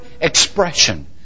expression